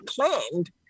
claimed